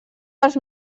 dels